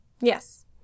yes